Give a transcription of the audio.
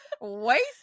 waste